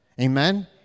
Amen